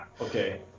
Okay